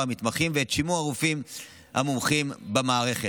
המתמחים ואת שימור הרופאים המומחים במערכת.